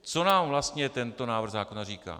Co nám vlastně tento návrh zákona říká?